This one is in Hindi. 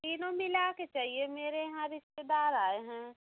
तीनों मिला के चाहिए मेरे यहाँ रिश्तेदार आए हैं